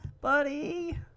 buddy